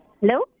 Hello